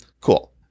Cool